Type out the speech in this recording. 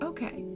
Okay